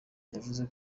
yavuze